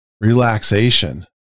relaxation